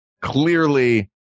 clearly